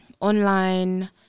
online